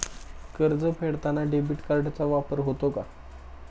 कर्ज फेडताना डेबिट कार्डचा वापर होतो का?